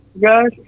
guys